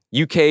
UK